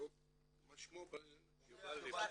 יובל,